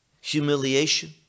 Humiliation